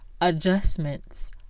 Adjustments